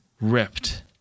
ripped